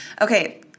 Okay